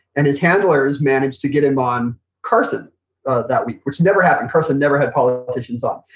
and his handlers managed to get him on carson that week, which never happened. carson never had politicians on.